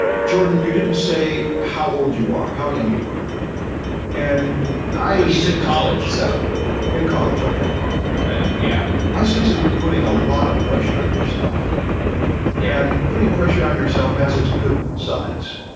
jordan, you didn't say how old you are how young you are and i was in college so in college, okay, i am yeah, i sense that. you're putting a lot of pressure on yourself yeah and putting pressure on yourself has it's good sides